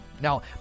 Now